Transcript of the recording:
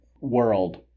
world